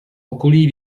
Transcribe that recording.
okolí